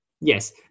Yes